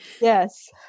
Yes